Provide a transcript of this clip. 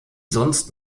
sonst